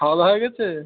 খাওয়া দাওয়া হয়ে গেছে